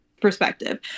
perspective